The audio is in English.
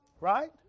Right